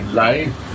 life